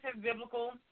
biblical